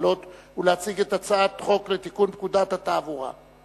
זאת משימה לא קלה.